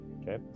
Okay